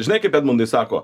žinai kaip edmundai sako